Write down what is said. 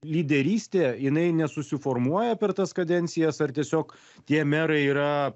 lyderystė jinai nesusiformuoja per tas kadencijas ar tiesiog tie merai yra